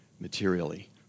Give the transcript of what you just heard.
materially